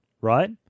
right